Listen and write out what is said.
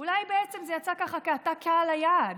אולי בעצם זה יצא ככה כי אתה קהל היעד.